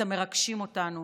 אתם מרגשים אותנו.